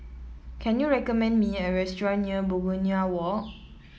can you recommend me a restaurant near Begonia Walk